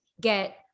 get